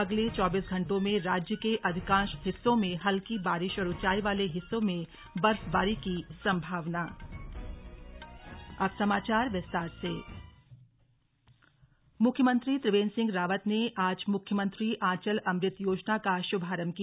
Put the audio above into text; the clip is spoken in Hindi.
अगले चौबीस घण्टों में राज्य के अधिकांश हिस्सों में हल्की बारिश और ऊंचाई वाले हिस्सों में बर्फबारी की संभावना शुभारम्भ मुख्यमंत्री त्रिवेंद्र सिंह रावत ने आज मुख्यमंत्री आंचल अमृत योजना का शुभारम्भ किया